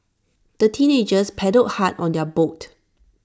the teenagers paddled hard on their boat